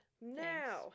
Now